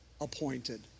appointed